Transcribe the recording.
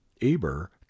eber